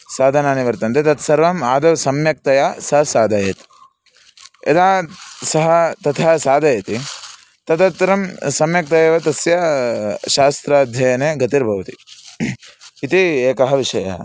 साधनानि वर्तन्ते तत्सर्वम् आदौ सम्यक्तया स साधयेत् यदा सः तथा साधयति तदुत्तरं सम्यक्तया तस्या शास्त्राध्ययने गतिर्भवति इति एकः विषयः